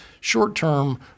short-term